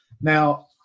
Now